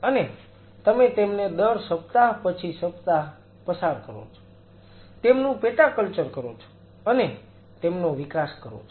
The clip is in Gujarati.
અને તમે તેમને દર સપ્તાહ પછી સપ્તાહ પસાર કરો છો તેમનું પેટા કલ્ચર કરો છો અને તેમનો વિકાસ કરો છો